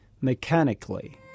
mechanically